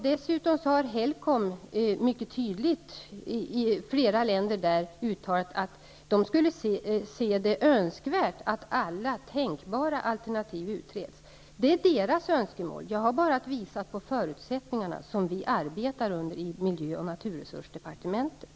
Dessutom har Helcom mycket tydligt i flera länder uttalat att man ser det som önskvärt att alla tänkbara alternativ utreds. Det är deras önskemål. Jag har enbart visat på de förutsättningar vi arbetar under på miljö och naturresursdepartementet.